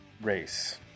Race